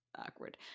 awkward